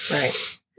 Right